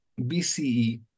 BCE